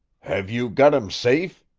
have you got him safe?